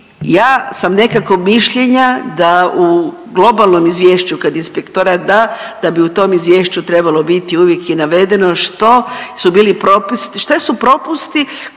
ja sam nekako mišljenja da u globalnom izvješću kad Inspektorat da, da bi u tom izvješću trebalo biti uvijek i navedeno što su bili propusti, što su propusti